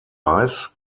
weiß